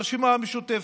הרשימה המשותפת.